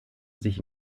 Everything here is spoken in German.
sich